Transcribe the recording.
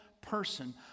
person